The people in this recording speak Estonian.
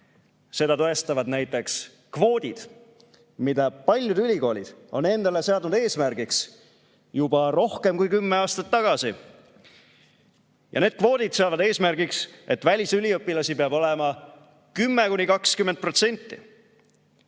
Seda tõestavad näiteks kvoodid, mis paljudes ülikoolides on olnud eesmärgiks juba rohkem kui kümme aastat. Need kvoodid seavad eesmärgiks, et välisüliõpilasi peab olema 10–20%.